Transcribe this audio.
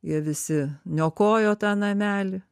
jie visi niokojo tą namelį